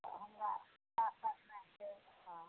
तऽ हमरा पूजा करनाइ छै हँ